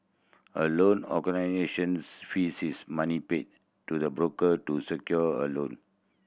a loan fees is money paid to the broker to secure a loan